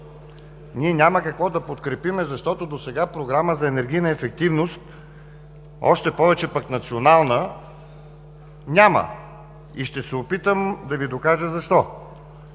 Ние няма какво да подкрепим, защото досега Програма за енергийната ефективност, още повече пък национална, няма! Ще се опитам да Ви докажа защо.